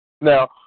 Now